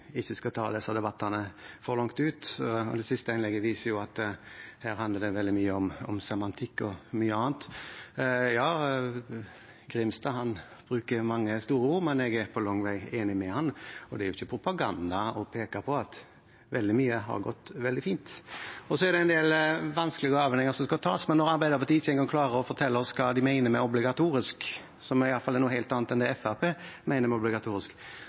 ikke skal dra disse debattene for langt ut, og det siste innlegget viser at det her handler veldig mye om semantikk og mye annet. Ja, representanten Grimstad bruker mange store ord, men jeg er langt på vei enig med ham. Det er jo ikke propaganda å peke på at veldig mye har gått veldig fint. Det er en del vanskelige avveininger som skal tas, men når Arbeiderpartiet ikke engang klarer å fortelle oss hva de mener med obligatorisk, som i hvert fall er noe helt annet enn det Fremskrittspartiet mener med obligatorisk,